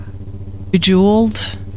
Bejeweled